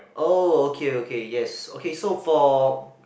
oh okay okay yes okay so for